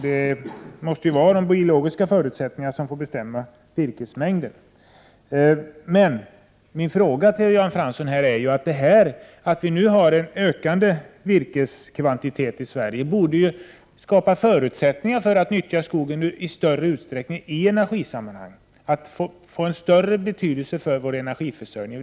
Det måste vara de biologiska förutsättningarna som skall få bestämma virkesmängden. Jag vill ställa en fråga till Jan Fransson. Det förhållandet att vi nu har en ökande virkeskvantitet i Sverige borde skapa förutsättningar för att nyttja skogen i större utsträckning i energisammanhang. Den borde alltså här få en större betydelse för vår energiförsörjning.